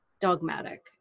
dogmatic